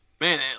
man